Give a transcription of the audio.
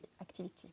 activity